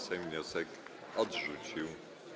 Sejm wniosek odrzucił.